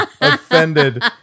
offended